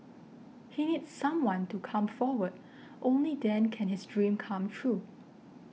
he needs someone to come forward only then can his dream come true